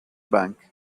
bank